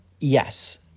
Yes